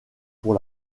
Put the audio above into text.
pour